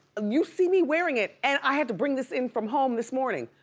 you see me wearing it, and i had to bring this in from home this morning.